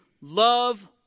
love